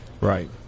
Right